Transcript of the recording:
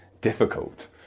difficult